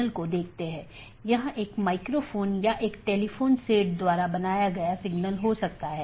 इसलिए बहुत से पारगमन ट्रैफ़िक का मतलब है कि आप पूरे सिस्टम को ओवरलोड कर रहे हैं